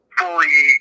fully